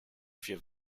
vier